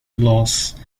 loss